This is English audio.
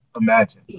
imagine